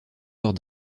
lors